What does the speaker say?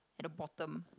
at the bottom